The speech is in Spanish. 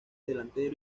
delantero